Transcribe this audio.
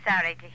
sorry